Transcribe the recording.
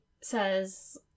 says